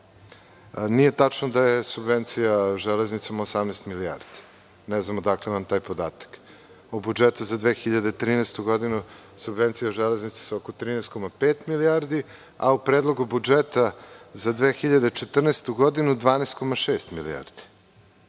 tačno da je subvencija „Železnicama“ 18 milijardi. Ne znam odakle vam taj podatak? U budžetu za 2013. godinu subvencije „Železnica“ su oko 13,5 milijardi, a u Predlogu budžeta za 2014. godinu 12,6 milijardi.